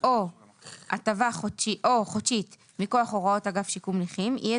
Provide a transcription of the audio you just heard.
או חודשית מכוח הוראות אגף שיקום נכים יהיה